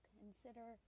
consider